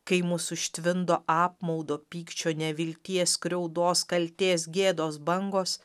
kai mus užtvindo apmaudo pykčio nevilties skriaudos kaltės gėdos bangos